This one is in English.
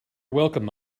welcome